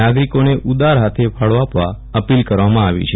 નાગરીકોને ઉદાર હાથે ફાળો આપવા અપીલ કરવામાં આવી છે